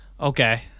Okay